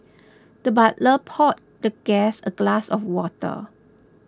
the butler poured the guest a glass of water